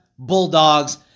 bulldogs